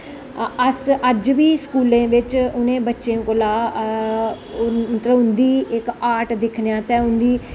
अस अज्ज बी स्कूलें बिच उ'नें बच्चें कोला मतलब उं'दी इक आर्ट दिक्खने आस्तै उंं'दी